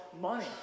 money